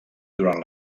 durant